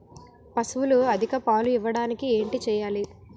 పశువులు అధిక పాలు ఇవ్వడానికి ఏంటి చేయాలి